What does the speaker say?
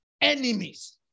enemies